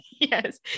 Yes